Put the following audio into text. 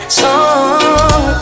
song